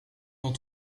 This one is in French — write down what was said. dans